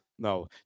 No